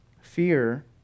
fear